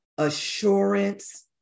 Assurance